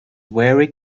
very